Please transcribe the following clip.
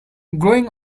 growing